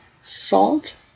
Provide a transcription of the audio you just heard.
salt